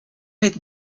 mit